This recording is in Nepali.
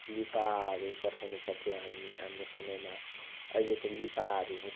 लिफाहरू पठाउनु पर्थ्यो हामी हाम्रो समयमा अहिले त लिफाहरू